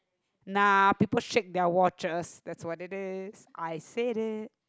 nah people shake their watches that's what it is I said it